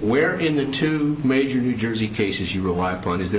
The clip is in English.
where in the two major new jersey cases you rely upon is that